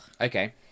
Okay